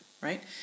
right